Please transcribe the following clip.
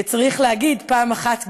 וצריך להגיד פעם אחת,